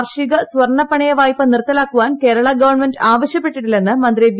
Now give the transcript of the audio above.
കാർഷിക സ്വർണ്ണ പണയ വായ്പ നിർത്തലാക്കുവാൻ കേരള ഗവൺമെന്റ് ആവശ്യപ്പെട്ടിട്ടില്ലെന്ന് മന്ത്രി വി